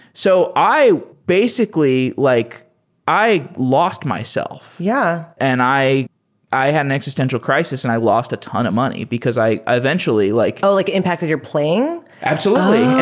so i basically like i lost myself yeah and i i had an existential crisis and i lost a ton of money, because i i eventually like oh! it like impacted your playing? absolutely,